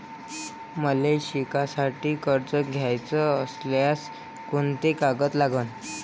मले शिकासाठी कर्ज घ्याचं असल्यास कोंते कागद लागन?